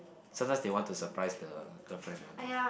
sometimes they want to surprise the girlfriend or not